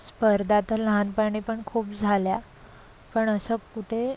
स्पर्धा तर लहानपणी पण खूप झाल्या पण असं कुठे